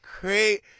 great